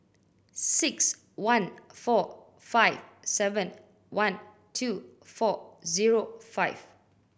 six one four five seven one two four zero five